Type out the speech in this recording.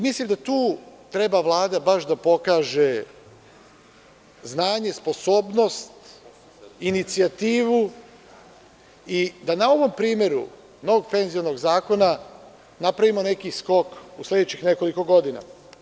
Mislim da tu treba Vlada da pokaže znanje, sposobnost, inicijativu i da na ovom primeru novog penzionog zakona napravimo neki skok u sledećih nekoliko godina.